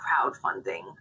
crowdfunding